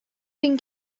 bin